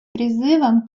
призывом